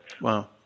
Wow